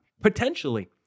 Potentially